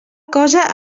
cosa